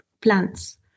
plants